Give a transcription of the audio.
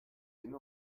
yeni